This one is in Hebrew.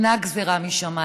תקרת הזכוכית אינה גזרה משמיים,